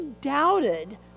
doubted